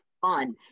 fun